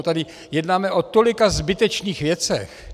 Tady jednáme o tolika zbytečných věcech.